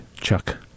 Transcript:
Chuck